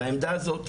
והעמדה הזאת,